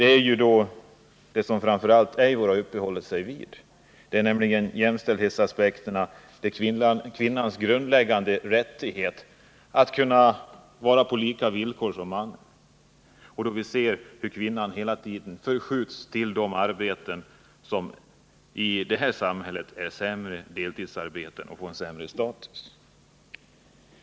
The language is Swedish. En annan viktig anledning är vad framför allt Eivor Marklund har uppehållit sig vid, nämligen jämställdhetsaspekten, kvinnans grundläggande rättighet att få samma villkor som mannen. Vi ser hur kvinnan hela tiden förskjuts till arbeten som i det här samhället är sämre, till deltidsarbeten, och får sämre status.